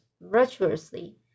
virtuously